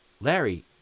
Larry